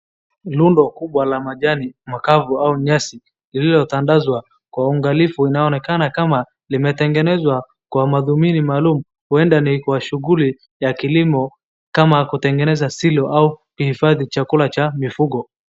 Lundo kubwa la majani makavu au nyasi, lililotandazwa kwa uangalifu inaonekana kama limetengenezwa kwa madhumuni maalum huenda ni kwa shughuli ya kilimo kama kutengeneza silo au kuhifadhi chakula cha mifugo.